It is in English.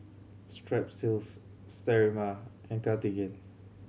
Strepsils Sterimar and Cartigain